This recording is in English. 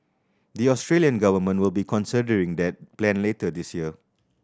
the Australian government will be considering that plan later this year